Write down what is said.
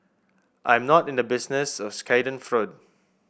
I'm not in the business of schadenfreude